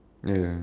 ya ya